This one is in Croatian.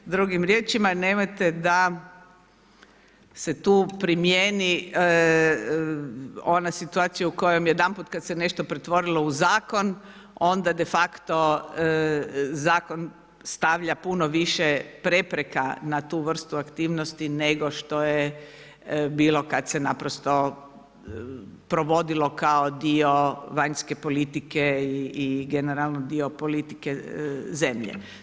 Drugim riječima nemojte da se tu primjeni ona situacija u kojoj kad se nešto pretvorilo u zakon onda de facto zakon stavlja puno više prepreka na tu vrstu aktivnosti nego što je bilo kad se naprosto provodilo kao dio vanjske politike i generalno dio politike zemlje.